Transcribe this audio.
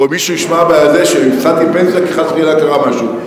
פה מישהו ישמע בזה שהפסדתי פנסיה כי חס וחלילה קרה משהו.